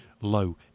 Low